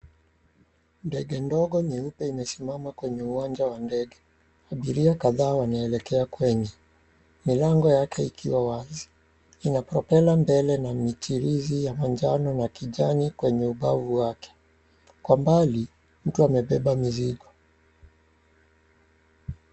Ndege ndogo nyeupe imesimama kwenye uwanja wa ndege, abiria kadhaa wanaelekea kwenye milango yake ikiwa wazi. Ina propela mbele na michirizi ya manjano na kijani kwenye ubavu wake. Kwa mbali mtu amebeba mizigo.